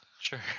sure